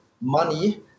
money